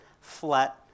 flat